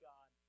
God